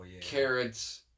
carrots